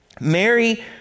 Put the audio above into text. Mary